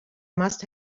must